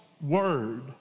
word